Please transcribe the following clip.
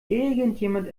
irgendjemand